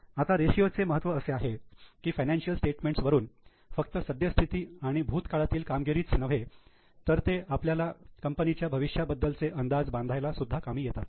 आता रेशिओ चे महत्त्व असे आहे की फायनान्शिअल स्टेटमेंट वरून फक्त सध्यस्थिती आणि भूतकाळातील कामगिरीच नव्हे तर ते आपल्याला कंपनीच्या भविष्याबद्दलचे अंदाज बांधायला सुद्धा कामी येतात